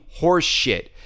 horseshit